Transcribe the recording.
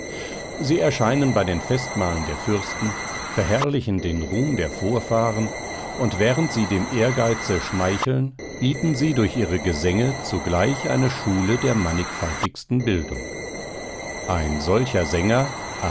sie erscheinen bei den festmahlen der fürsten verherrlichen den ruhm der vorfahren und während sie dem ehrgeize schmeicheln bieten sie durch ihre gesänge zugleich eine schule der mannigfaltigsten bildung ein solcher sänger